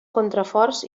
contraforts